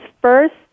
first